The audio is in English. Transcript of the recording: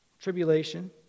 Tribulation